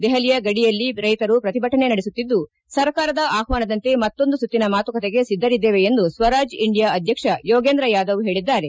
ದೆಹಲಿಯ ಗಡಿಯಲ್ಲಿ ರೈತರು ಪ್ರತಿಭಟನೆ ನಡೆಸುತ್ತಿದ್ದು ಸರ್ಕಾರದ ಆಹ್ವಾನದಂತೆ ಮತ್ತೊಂದು ಸುತ್ತಿನ ಮಾತುಕತೆಗೆ ಸಿದ್ದರಿದ್ದೇವೆ ಎಂದು ಸ್ವರಾಜ್ ಇಂಡಿಯಾ ಅಧ್ಯಕ್ಷ ಯೋಗೇಂದ್ರ ಯಾದವ್ ಹೇಳಿದ್ದಾರೆ